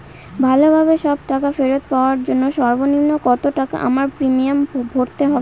ভালোভাবে সব টাকা ফেরত পাওয়ার জন্য সর্বনিম্ন কতটাকা আমায় প্রিমিয়াম ভরতে হবে?